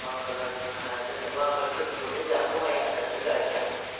बांगाला जों हायानो बांगालफोरनिखौ जाख' हाया होननानै गाया